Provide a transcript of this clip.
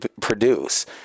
produce